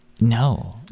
No